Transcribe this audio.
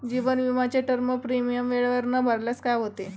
जीवन विमाचे term premium वेळेवर न भरल्यास काय होते?